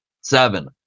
Seven